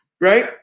right